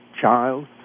child